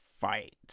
fight